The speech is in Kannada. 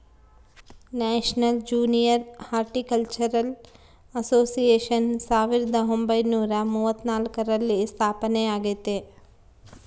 ನ್ಯಾಷನಲ್ ಜೂನಿಯರ್ ಹಾರ್ಟಿಕಲ್ಚರಲ್ ಅಸೋಸಿಯೇಷನ್ ಸಾವಿರದ ಒಂಬೈನುರ ಮೂವತ್ನಾಲ್ಕರಲ್ಲಿ ಸ್ಥಾಪನೆಯಾಗೆತೆ